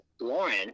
Lauren